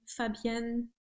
Fabienne